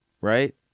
Right